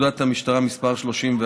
עבר בקריאה שנייה